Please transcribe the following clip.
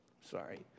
Sorry